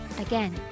again